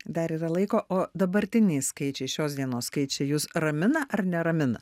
dar yra laiko o dabartiniai skaičiai šios dienos skaičiai jus ramina ar neramina